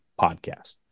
podcast